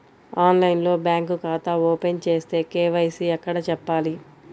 ఆన్లైన్లో బ్యాంకు ఖాతా ఓపెన్ చేస్తే, కే.వై.సి ఎక్కడ చెప్పాలి?